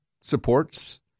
supports